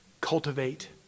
Cultivate